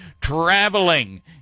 traveling